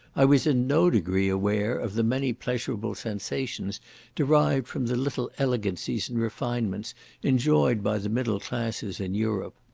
i was in no degree aware of the many pleasurable sensations derived from the little elegancies and refinements enjoyed by the middle classes in europe.